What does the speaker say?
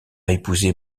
épousé